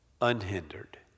unhindered